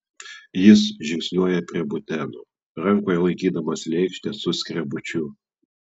jis žingsniuoja prie buteno rankoje laikydamas lėkštę su skrebučiu